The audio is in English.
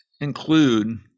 include